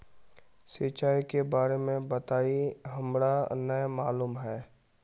सिंचाई के बारे में बताई हमरा नय मालूम है?